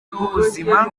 bw’ubuzima